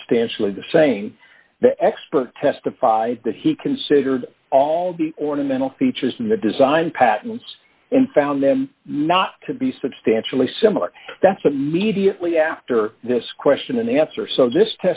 substantially the same the expert testified that he considered all be ornamental features in the design patents and found them not to be substantially similar that's a mediately after this question and answer so this